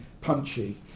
punchy